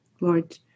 Lord